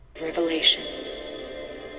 Revelation